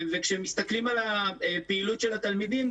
כשמסתכלים על הפעילות של התלמידים,